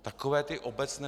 Takové ty obecné...